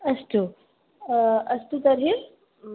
अस्तु अस्तु तर्हि